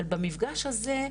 אבל במפגש הזה,